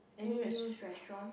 any new restaurant